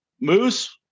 Moose